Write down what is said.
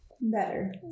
Better